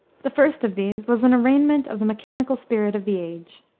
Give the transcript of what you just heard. the first of these was an arraignment of the mechanical spirit of the age.